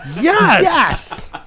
Yes